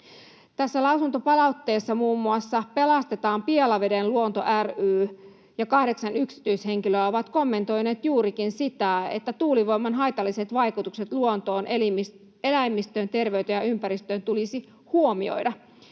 Tässä lausuntopalautteessa muun muassa Pelastetaan Pielaveden luonto ry ja kahdeksan yksityishenkilöä ovat kommentoineet juurikin sitä, että tuulivoiman haitalliset vaikutukset luontoon, eläimistöön, terveyteen ja ympäristöön tulisi huomioida.